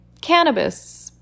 Cannabis